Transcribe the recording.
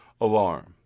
alarm